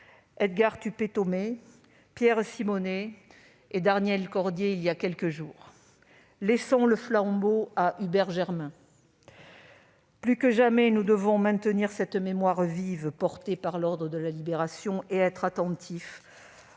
Edgard Tupët-Thomé, Pierre Simonet et, voilà quelques jours, Daniel Cordier -, laissant le flambeau à Hubert Germain. Plus que jamais, nous devons maintenir cette mémoire vive, portée par l'Ordre de la Libération et être attentifs